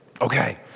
Okay